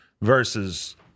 Versus